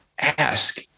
Ask